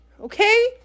Okay